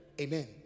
Amen